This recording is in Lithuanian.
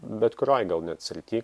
bet kurioj gal net srity